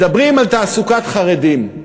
מדברים על תעסוקת חרדים,